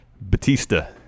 Batista